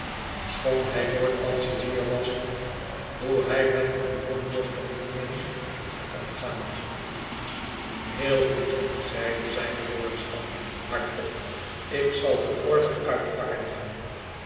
schoon hij lordbpm het verlaten huis kanselier was hoe hij met een rondborstig jongmensch moest omgaan heel goed zeide zijne lordschap hardop ik zal de order uitvaardigen